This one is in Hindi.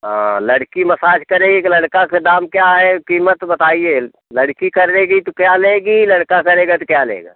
हाँ लड़की मसाज करेगी कि लड़का का दाम क्या है कीमत बताइए लड़की करेगी तो क्या लेगी और लड़का करेगा तो क्या लेगा